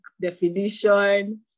definition